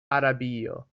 arabio